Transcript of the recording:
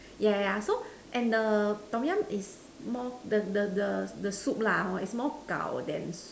yeah yeah so and the Tom-Yum is more the the the the soup lah is more gao than sw~